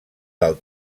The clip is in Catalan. del